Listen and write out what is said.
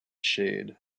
shade